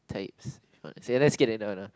types just kidding no no